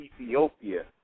Ethiopia